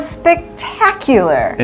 spectacular